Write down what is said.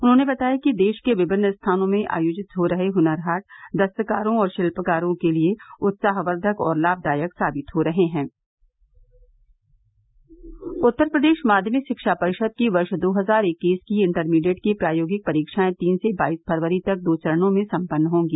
उन्होंने बताया कि देश के विमिन्न स्थानों में आयोजित हो रहे हुनर हाट दस्तकारों और शिल्पकारों के लिये उत्साहवर्धक और लाभदायक साबित हो रहे हैं उत्तर प्रदेश माध्यमिक शिक्षा परिषद की वर्ष दो हजार इक्कीस की इण्टरमीडिएट की प्रायोगिक परीक्षायें तीन से बाईस फरवरी तक दो चरणों में सम्पन्न होंगी